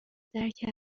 درک